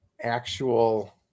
actual